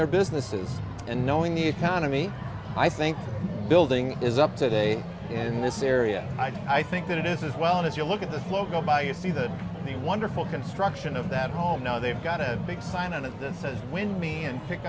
their businesses and knowing the economy i think building is up today and this area i think that it is as well as you look at the local buy you see that the wonderful construction of that home now they've got a big sign of that said when me and pick